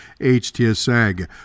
HTSAG